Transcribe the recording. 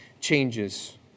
changes